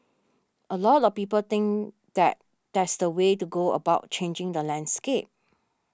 a lot of people think that that's the way to go about changing the landscape